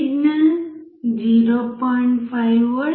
5 V